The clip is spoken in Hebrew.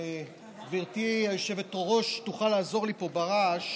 אם גברתי היושבת-ראש תוכל לעזור לי פה ברעש